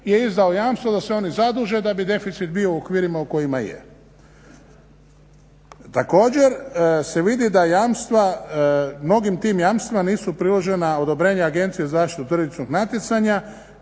je izdao jamstvo da se oni zaduže da bi deficit bio u okvirima u kojima je. Također se vidi da jamstva mnogim tim jamstvima nisu priložena odobrenja Agencije za zaštitu tržišnog natjecanja